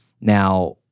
Now